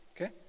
okay